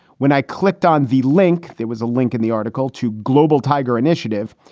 when i clicked on the link, there was a link in the article to global tiger initiative.